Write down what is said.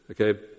Okay